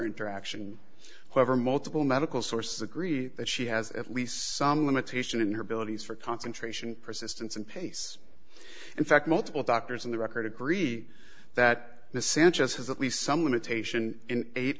interaction however multiple medical sources agree that she has at least some limitation in her abilities for concentration persistence and pace in fact multiple doctors on the record agree that the sanchez has at least some limitation in eight